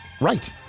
Right